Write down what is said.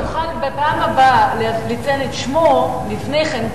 אם תוכל בפעם הבאה לציין את שמו לפני כן,